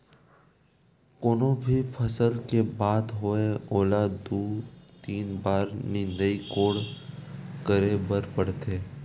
कोनो भी फसल के बात होवय ओला दू, तीन बार निंदई कोड़ई करे बर परथे